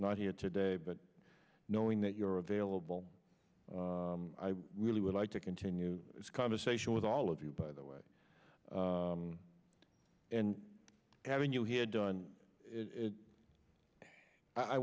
not here today but knowing that you're available i really would like to continue this conversation with all of you by the way and having you here done it i